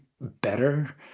better